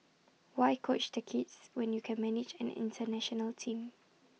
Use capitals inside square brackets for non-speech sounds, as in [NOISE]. why coach the kids when you can manage an International team [NOISE]